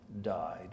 died